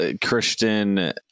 Christian